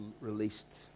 released